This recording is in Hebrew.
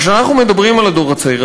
וכשאנחנו מדברים על הדור הצעיר,